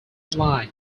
line